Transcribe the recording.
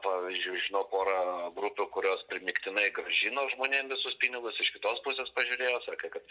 pavyzdžiui žinau porą grupių kurios primygtinai grąžino žmonėm visus pinigus iš kitos pusės pažiūrėjo sakė kad